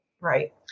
Right